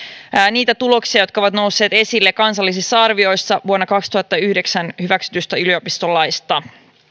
niitä tuloksia jotka ovat nousseet esille kansallisissa arvioissa vuonna kaksituhattayhdeksän hyväksytystä yliopistolaista